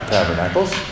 tabernacles